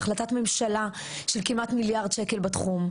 החלטת ממשלה של כמעט מיליארד שקל בתחום,